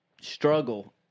struggle